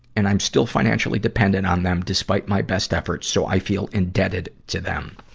and i'm still financially dependent on them despite my best efforts, so i feel indebted to them.